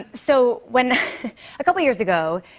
so, when a couple years ago,